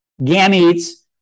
gametes